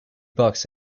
bucks